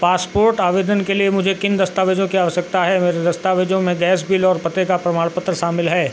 passport आवेदन के लिए मुझे किन दस्तावेज़ों की आवश्यकता है मेरे दस्तावेज़ों में गैस बिल और पते का प्रमाण पत्र शामिल हैं